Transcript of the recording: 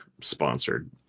sponsored